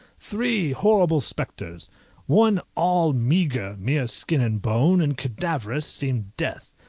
three horrible spectres one all meagre, mere skin and bone, and cadaverous, seemed death,